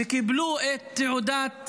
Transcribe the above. וקיבלו את תעודת